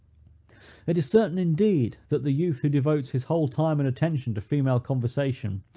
it is certain, indeed, that the youth who devotes his whole time and attention to female conversation,